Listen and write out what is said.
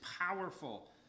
powerful